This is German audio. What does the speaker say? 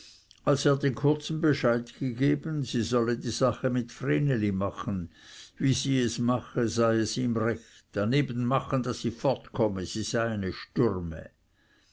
als er den kurzen bescheid gegeben sie solle die sache mit vreneli machen wie es sie mache sei es ihm recht daneben machen daß sie fortkomme sie sei eine stürme